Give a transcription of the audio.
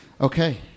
Okay